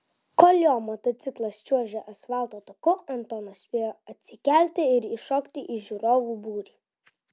kol jo motociklas čiuožė asfalto taku antonas spėjo atsikelti ir įšokti į žiūrovų būrį